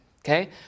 Okay